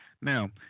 now